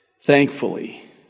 thankfully